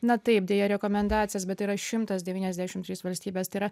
na taip deja rekomendacijas bet yra šimtas devyniasdešim trys valstybės tai yra